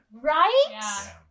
Right